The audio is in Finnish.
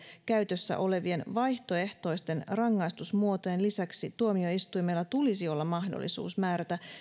käytössä olevien vankeusrangaistukselle vaihtoehtoisten rangaistusmuotojen lisäksi päihdeongelmaisten osalta tuomioistuimella tulisi olla mahdollisuus määrätä